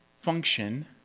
function